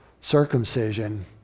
circumcision